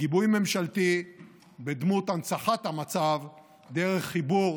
בגיבוי ממשלתי בדמות הנצחת המצב דרך חיבור